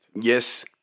Yes